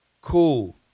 cool